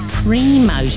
primo